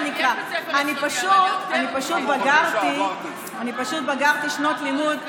אני פשוט בגרתי שנות לימוד,